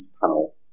panel